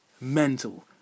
mental